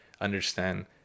understand